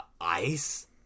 ice